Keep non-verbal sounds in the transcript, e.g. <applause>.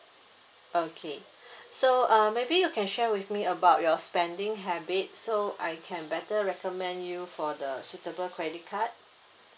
okay <breath> so uh maybe you can share with me about your spending habits so I can better recommend you for the suitable credit card